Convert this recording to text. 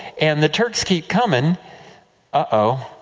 and the turks keep coming, ah oh.